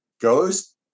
goes